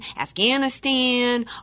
Afghanistan